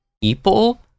people